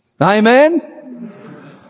Amen